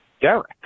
Derek